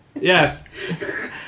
Yes